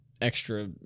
extra